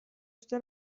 شده